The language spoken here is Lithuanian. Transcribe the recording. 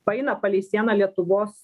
paeina palei sieną lietuvos